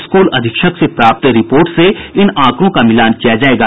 school अधीक्षक से प्राप्त रिपोर्ट से इन आंकड़ों का मिलान किया जायेगा